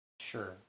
Sure